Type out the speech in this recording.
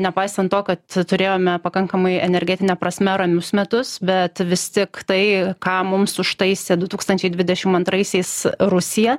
nepaisant to kad turėjome pakankamai energetine prasme ramius metus bet vis tik tai ką mums užtaisė du tūkstančiai dvidešim antraisiais rusija